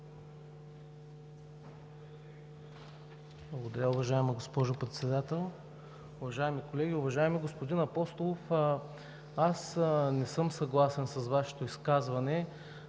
Благодаря, уважаема госпожо Председател. Уважаеми колеги, уважаеми господин Апостолов! Аз не съм съгласен с Вашето изказване